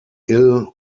ill